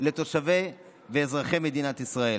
לתושבי ואזרחי מדינת ישראל.